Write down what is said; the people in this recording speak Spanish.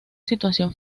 situación